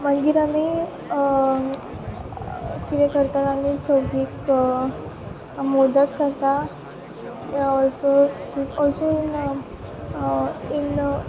मागीर आमी कितें करताता आमी चवथीक मोदक करतात so this is also in